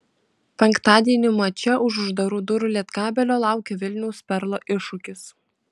penktadienį mače už uždarų durų lietkabelio laukia vilniaus perlo iššūkis